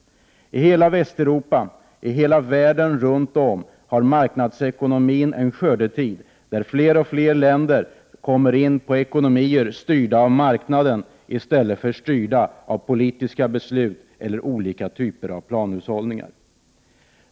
I hela Västeuropa, i hela världen har marknadsekonomin en skördetid, där fler och fler länder går över till ekonomier styrda av marknaden i stället för att vara styrda av politiska beslut eller olika typer av planhushållningar.